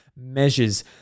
measures